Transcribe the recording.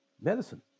medicine